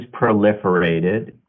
proliferated